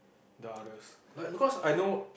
the others like because I know